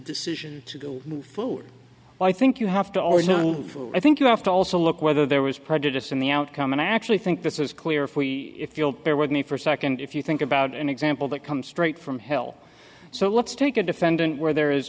decision to go forward i think you have to always know i think you have to also look whether there was prejudice in the outcome and i actually think this is clear if we if you'll bear with me for a second if you think about an example that comes straight from hell so let's take a defendant where there is